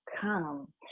come